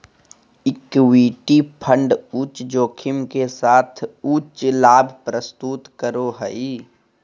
equity fund उच्च जोखिम के साथ उच्च लाभ प्रस्तुत करो हइ